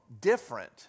different